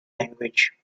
language